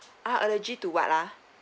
uh allergy to what ah